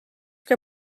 que